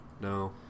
no